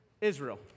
Israel